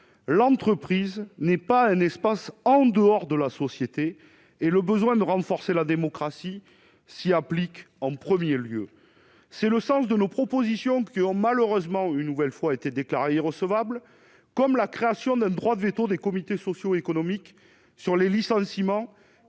l'entreprise n'est pas un espace en dehors de la société et le besoin de renforcer la démocratie s'y applique en 1er lieu c'est le sens de nos propositions qui ont malheureusement une nouvelle fois été déclarés recevables, comme la création d'un droit de véto des comités sociaux économiques sur les licenciements